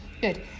Good